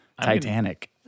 Titanic